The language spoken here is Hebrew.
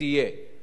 זה דבר שמבוצע: